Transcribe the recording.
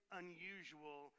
unusual